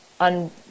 on